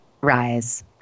rise